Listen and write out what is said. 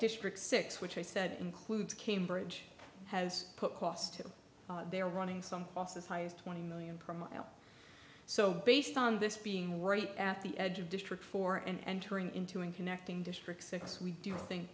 district six which i said includes cambridge has put cost too they are running some process high as twenty million per mile so based on this being right at the edge of district four and entering into and connecting district six we do think